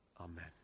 Amen